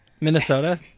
Minnesota